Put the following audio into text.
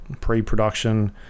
pre-production